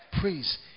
Praise